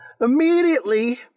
immediately